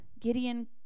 Gideon